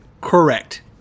correct